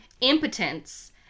Impotence